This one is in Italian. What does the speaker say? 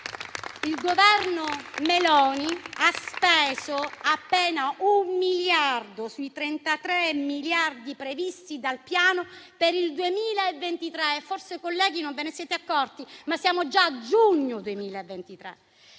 Il Governo Meloni ha speso appena un miliardo sui 33 miliardi previsti dal Piano per il 2023. Forse, colleghi, non ve ne siete accorti, ma siamo già a giugno 2023.